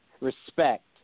respect